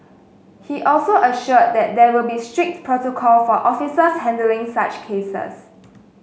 he also assured that there will be strict protocol for officers handling such cases